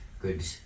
good